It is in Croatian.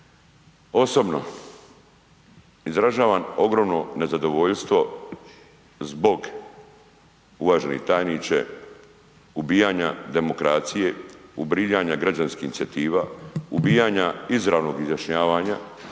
osobno izražavam ogromno nezadovoljstvo zbog uvaženi tajniče ubijanja demokracija, ubijanja građanskih inicijativa, ubijanja izravnog izjašnjavanja